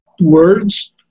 words